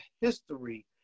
history